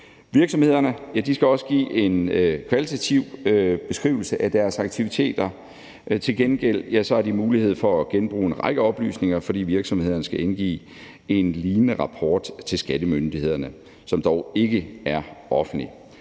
Virksomhederne skal også give en kvalitativ beskrivelse af deres aktiviteter. Til gengæld har de mulighed for at genbruge en række oplysninger, fordi virksomhederne skal indgive en lignende rapport til skattemyndighederne, som dog ikke er offentlig.